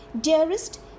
dearest